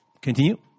Continue